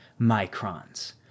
microns